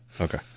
Okay